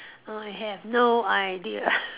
I have no idea